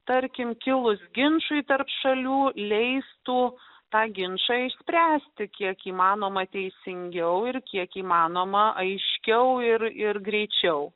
tarkime kilus ginčui tarp šalių leistų tą ginčą išspręsti kiek įmanoma teisingiau ir kiek įmanoma aiškiau ir ir greičiau